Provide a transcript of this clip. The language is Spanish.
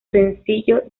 sencillo